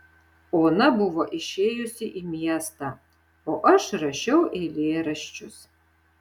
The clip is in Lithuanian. ona buvo išėjusi į miestą o aš rašiau eilėraščius